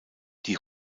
die